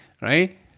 right